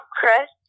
Chris